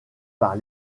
par